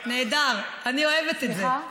נהדר, אני אוהבת את זה.